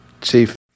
Chief